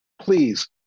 please